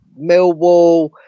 millwall